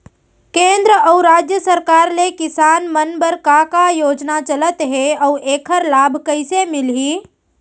केंद्र अऊ राज्य सरकार ले किसान मन बर का का योजना चलत हे अऊ एखर लाभ कइसे मिलही?